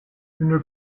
une